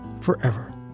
forever